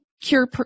cure